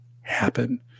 happen